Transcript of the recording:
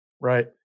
Right